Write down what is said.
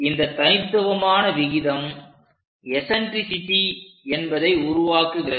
இந்த தனித்துவமான விகிதம் எசன்ட்ரிசிட்டி என்பதை உருவாக்குகிறது